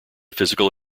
physical